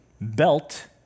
belt